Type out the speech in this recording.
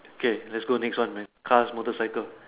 okay let's go next one man cars motorcycle